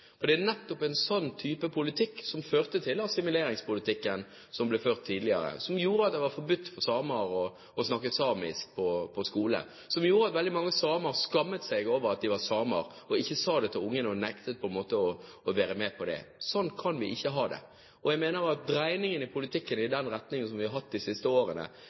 for samer å snakke samisk på skolen, og som gjorde at veldig mange samer skammet seg over at de var samer, og ikke sa det til ungene og på en måte nektet å være det. Sånn kan vi ikke ha det. Jeg mener at dreiningen i politikken i den retningen som vi har hatt de siste årene,